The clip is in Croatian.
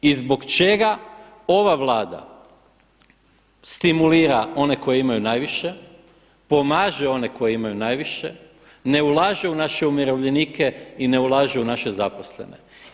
I zbog čega ova Vlada stimulira one koji imaju najviše, pomaže one koji imaju najviše, ne ulaže u naše umirovljenike i ne ulaže u naše zaposlene.